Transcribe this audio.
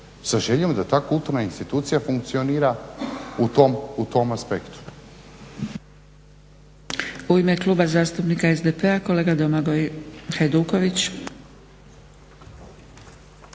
sa željom da ta kulturna institucija funkcionira u tom aspektu.